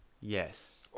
Yes